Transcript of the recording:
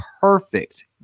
perfect